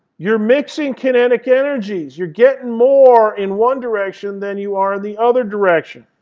you're mixing kinetic energies. you're getting more in one direction than you are in the other direction.